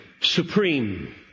supreme